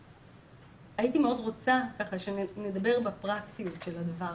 הייתי מאוד רוצה שנדבר בפרקטיות של הדבר.